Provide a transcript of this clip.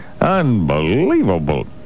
Unbelievable